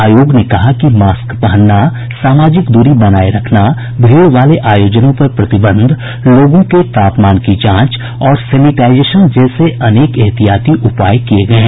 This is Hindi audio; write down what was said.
आयोग ने कहा कि मास्क पहनना सामाजिक दूरी बनाए रखना भीड़ वाले आयोजनों पर प्रतिबंध लोगों के तापमान की जांच और सेनिटाइजेशन जैसे अनेक ऐहतियाती उपाय किये गये हैं